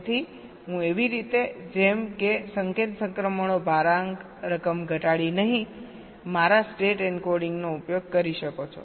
તેથી હું એવી રીતે જેમ કે સંકેત સંક્રમણો ભારાંક રકમ ઘટાડી નહીં મારા સ્ટેટ એન્કોડિંગ નો ઉપયોગ કરી શકો છો